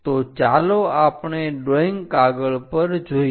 તો ચાલો આપણે ડ્રોઈંગ કાગળ પર જોઈએ